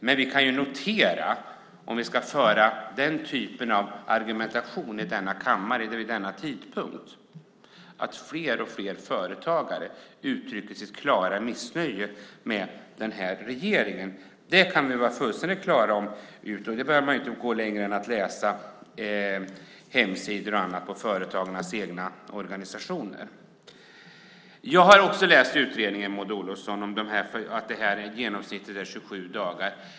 Men vi kan notera, om vi ska föra den typen av argumentation i denna kammare vid denna tidpunkt, att fler och fler företagare uttrycker sitt klara missnöje med den här regeringen. Det kan vi vara fullständigt klara över. Man behöver inte gå längre än att läsa hemsidorna hos företagarnas egna organisationer. Jag har också läst utredningen, Maud Olofsson, där det framgår att genomsnittet är 27 dagar.